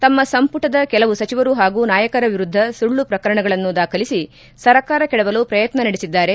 ತಮ್ಮ ಸಂಪುಟದ ಕೆಲವು ಸಚಿವರು ಹಾಗೂ ನಾಯಕರ ವಿರುದ್ದ ಸುಳ್ಳು ಪ್ರಕರಣಗಳನ್ನು ದಾಖಲಿಸಿ ಸರ್ಕಾರ ಕೆಡವಲು ಪ್ರಯತ್ನ ನಡೆಸಿದ್ದಾರೆ